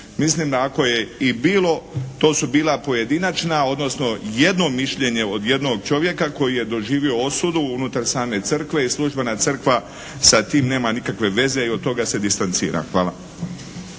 Mislim da ako je i bilo to su bila pojedinačna, odnosno jedno mišljenje od jednog čovjeka koji je doživio osudu unutar same Crkve i službena Crkva sa tim nema nikakve veze i od toga se distancira. Hvala.